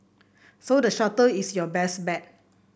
so the shuttle is your best bet